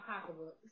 pocketbooks